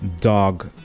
dog